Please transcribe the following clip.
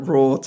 Raw